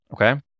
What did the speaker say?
Okay